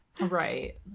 Right